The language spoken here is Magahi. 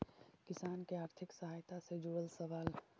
किसान के आर्थिक सहायता से जुड़ल सवाल?